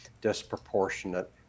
disproportionate